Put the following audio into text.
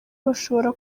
bashobora